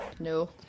No